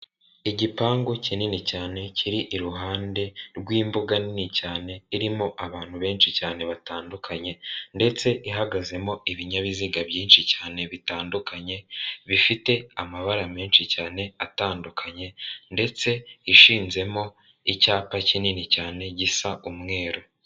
Igipangu kinini cyane kiri iruhande rw'imbuga nini cyane irimo abantu benshi cyane batandukanye ndetse ihagazemo ibinyabiziga byinshi cyane bitandukanye bifite amabara menshi cyane atandukanye ndetse ishinzemo icyapa kinini cyane gisa umweru.